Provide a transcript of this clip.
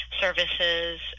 services